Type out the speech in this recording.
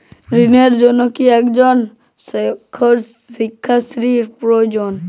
ঋণের জন্য কি একজন স্বাক্ষরকারী প্রয়োজন?